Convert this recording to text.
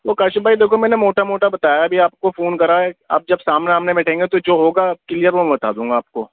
وہ کاشف بھائی دیکھو میں نے موٹا موٹا بتایا ابھی آپ کو فون کرا ہے اب جب سامنے آمنے بیٹھیں گے تو جو ہوگا کلیئر وہ میں بتا دوں گا آپ کو